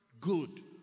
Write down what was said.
good